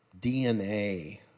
DNA